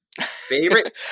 Favorite